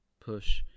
push